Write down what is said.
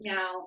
Now